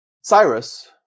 Cyrus